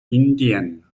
indien